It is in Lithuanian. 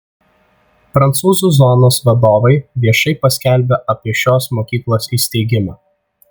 prancūzų zonos vadovai viešai paskelbė apie šios mokyklos įsteigimą